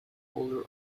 older